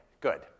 good